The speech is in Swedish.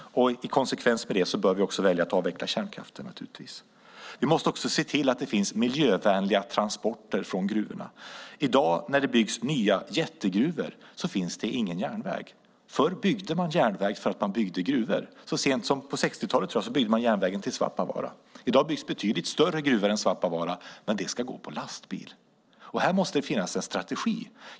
I konsekvens med det bör vi naturligtvis också välja att avveckla kärnkraften. Vi måste också se till att det finns miljövänliga transporter från gruvorna. I dag när det byggs nya jättegruvor finns det ingen järnväg. Förr byggde man järnväg därför att man byggde gruvor. Så sent som på 1960-talet, tror jag, byggde man järnvägen till Svappavaara. I dag byggs betydligt större gruvor än Svappavaara, men transporterna ska ske med lastbil. Här måste det finnas en strategi.